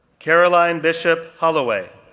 caroline bishop holloway,